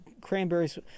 Cranberries